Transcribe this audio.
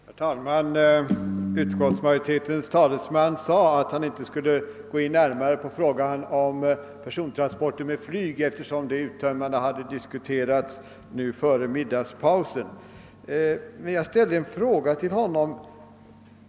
Herr talman! Utskottsmajoritetens talesman sade att han inte skulle gå när mare in på frågan om persontransporter med flyg, eftersom den hade diskuterats uttömmande före middagspausen. Jag ställde emellertid en fråga till honom.